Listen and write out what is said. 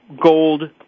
gold